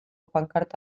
pankarta